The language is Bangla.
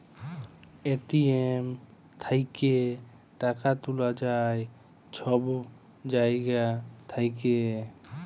এ.টি.এম থ্যাইকে টাকা তুলা যায় ছব জায়গা থ্যাইকে